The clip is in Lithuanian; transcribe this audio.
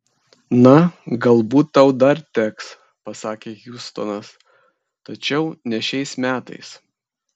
na galbūt tau dar teks pasakė hjustonas tačiau ne šiais metais